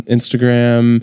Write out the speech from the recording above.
Instagram